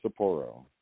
Sapporo